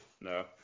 no